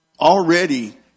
Already